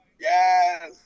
yes